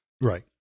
Right